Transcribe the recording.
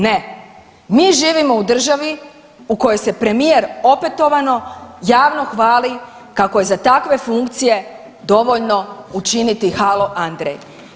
Ne, mi živimo u državi u kojoj se premijer opetovano javno hvali kako je za takve funkcije dovoljno učiniti halo Andrej.